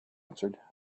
answered